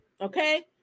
Okay